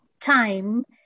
time